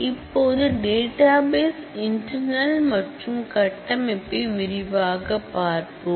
இப்போது database internal மற்றும் கட்டமைப்பை விரிவாக பார்ப்போம்